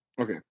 Okay